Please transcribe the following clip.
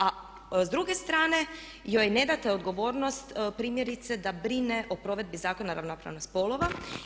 A s druge strane joj ne date odgovornost primjerice da brine o provedbi Zakona o ravnopravnosti spolova.